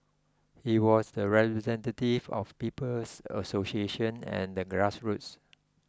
he was the representative of People's Association and the grassroots